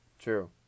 True